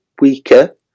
weaker